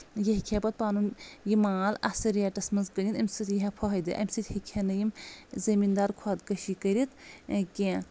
یہِ ہٮ۪کہِ ہا پَتہٕ پَنُن یہِ مال اَصٕل ریٹس منٛز کٕنِتھ اَمہِ سۭتۍ ییہا فٲہِدٕ اَمہِ سۭتۍ ہٮ۪کہِ ہا نہٕ یِم زمیٖن دار خۄدکٔشی کٔرِتھ کیٚنٛہہ